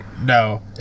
No